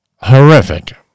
Horrific